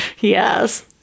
Yes